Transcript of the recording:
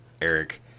Eric